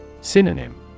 Synonym